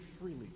freely